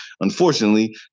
unfortunately